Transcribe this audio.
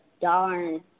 darn